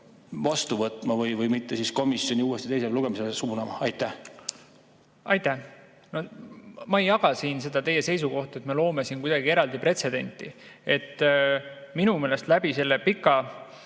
vastu võtma või siis mitte komisjoni uuesti teisele lugemisele suunama. Aitäh! Ma ei jaga siin seda teie seisukohta, et me loome siin kuidagi eraldi pretsedenti. Minu meelest läbi selle pika